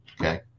okay